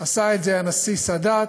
עשה את זה הנשיא סאדאת,